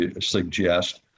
suggest